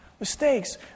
Mistakes